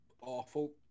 awful